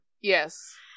Yes